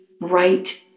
right